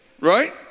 right